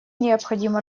необходимо